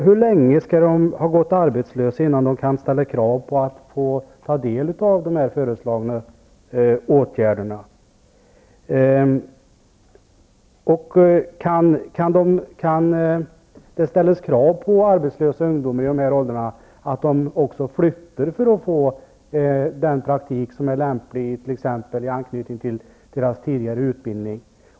Hur länge skall man ha varit arbetslös innan man kan ställa krav på att få ta del av de föreslagna åtgärderna? Kan man ställa som krav på de arbetslösa ungdomarna i dessa åldrar att de flyttar för att få lämplig praktik, t.ex. i anknytning till deras tidigare utbildning?